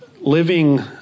living